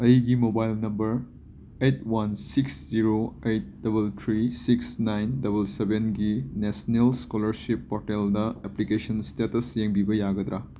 ꯑꯩꯒꯤ mobile number eight one six zero eight double three six nine double ꯁꯕꯦꯟꯒꯤ national scholarship ꯄꯣꯔꯇꯦꯜꯗ application status ꯌꯦꯡꯕꯤꯕ ꯌꯥꯒꯗ꯭ꯔ